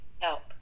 help